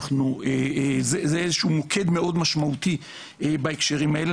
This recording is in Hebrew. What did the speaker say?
זה איזשהו מוקד מאוד משמעותי בהקשרים האלה,